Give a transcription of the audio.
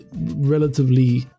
relatively